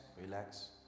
relax